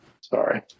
Sorry